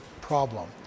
problem